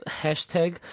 hashtag